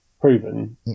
proven